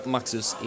Maxus